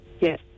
Yes